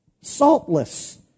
saltless